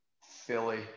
Philly